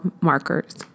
markers